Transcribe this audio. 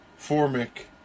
Formic